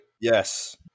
Yes